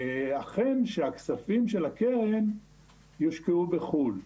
אכן שהכספים של הקרן יושקעו בחו"ל.